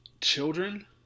children –